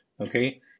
okay